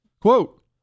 Quote